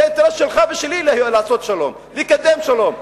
זה אינטרס שלך ושלי לעשות שלום, לקדם שלום.